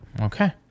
Okay